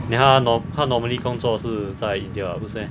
then 他 nor~ 他 normally 工作是在 India 的不是 meh